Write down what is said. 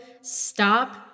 stop